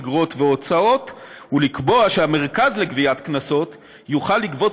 אגרות והוצאות ולקבוע שהמרכז לגביית קנסות יוכל לגבות